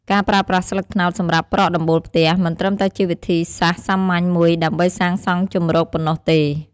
ការប្រើប្រាស់ស្លឹកត្នោតសម្រាប់ប្រក់ដំបូលផ្ទះមិនត្រឹមតែជាវិធីសាស្ត្រសាមញ្ញមួយដើម្បីសាងសង់ជម្រកប៉ុណ្ណោះទេ។